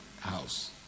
house